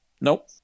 nope